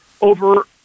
over